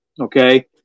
Okay